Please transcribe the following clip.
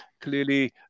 Clearly